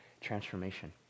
transformation